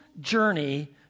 journey